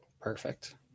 perfect